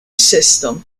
system